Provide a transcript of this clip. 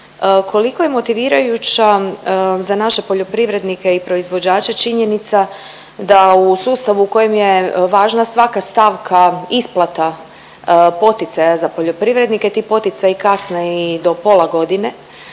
koliko je motivirajuća za naše poljoprivrednike i proizvođače činjenica da u sustavu u kojem je važna svaka stavka isplata poticaja za poljoprivrednike ti poticaji kasne i do pola godine,